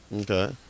Okay